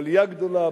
בעלייה הגדולה,